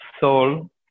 soul